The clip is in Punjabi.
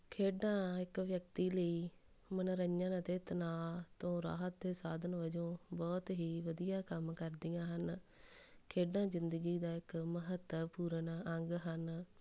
ਖੇਡਾਂ ਇੱਕ ਵਿਅਕਤੀ ਲਈ ਮਨੋਰੰਜਨ ਅਤੇ ਤਣਾਅ ਤੋਂ ਰਾਹਤ ਦੇ ਸਾਧਨ ਵਜੋਂ ਬਹੁਤ ਹੀ ਵਧੀਆ ਕੰਮ ਕਰਦੀਆਂ ਹਨ ਖੇਡਾਂ ਜਿੰਦਗੀ ਦਾ ਇੱਕ ਮਹੱਤਵਪੂਰਨ ਅੰਗ ਹਨ